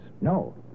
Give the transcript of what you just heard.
No